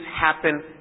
happen